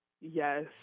Yes